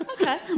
Okay